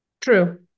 True